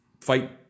fight